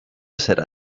serà